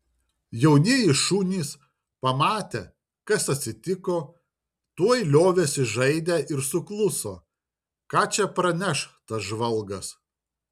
jaunieji šunys pamatę kas atsitiko tuoj liovėsi žaidę ir sukluso ką čia praneš tas žvalgas